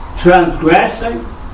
transgressing